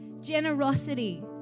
Generosity